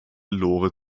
lore